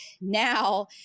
now